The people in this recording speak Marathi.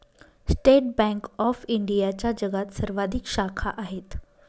स्टेट बँक ऑफ इंडियाच्या जगात सर्वाधिक शाखा आहेत